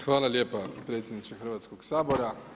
Hvala lijepa predsjedniče Hrvatskog sabora.